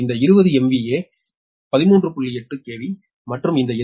8 KV மற்றும் இந்த எதிர்வினை 0